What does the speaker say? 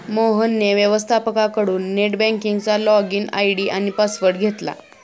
मोहनने व्यवस्थपकाकडून नेट बँकिंगचा लॉगइन आय.डी आणि पासवर्ड घेतला